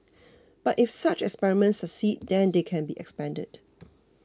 but if such experiments succeed then they can be expanded